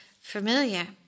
familiar